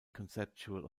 conceptual